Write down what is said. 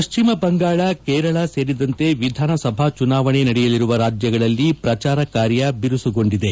ಪಶ್ಚಿಮ ಬಂಗಾಳ ಕೇರಳ ಸೇರಿದಂತೆ ವಿಧಾನಸಭಾ ಚುನಾವಣೆ ನಡೆಯಲಿರುವ ರಾಜ್ಯಗಳಲ್ಲಿ ಪ್ರಚಾರ ಕಾರ್ಯ ಬಿರುಸುಗೊಂಡಿದೆ